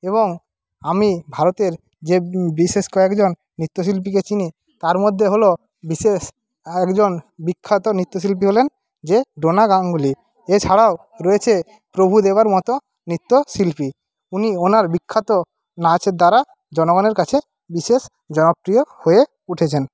এবং আমি ভারতের যে বিশেষ কয়েকজন নৃত্যশিল্পীকে চিনি তার মধ্যে হলো বিশেষ একজন বিখ্যাত নৃত্যশিল্পী হলেন যে ডোনা গাঙ্গুলী এছাড়াও রয়েছে প্রভুদেবার মতো নৃত্যশিল্পী উনি ওনার বিখ্যাত নাচের দ্বারা জনগণের কাছে বিশেষ জনপ্রিয় হয়ে উঠেছেন